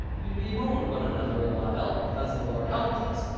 we bemoaned one another a while, as the lord helped us,